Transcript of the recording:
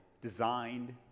designed